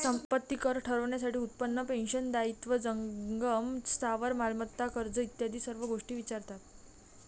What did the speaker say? संपत्ती कर ठरवण्यासाठी उत्पन्न, पेन्शन, दायित्व, जंगम स्थावर मालमत्ता, कर्ज इत्यादी सर्व गोष्टी विचारतात